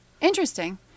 Interesting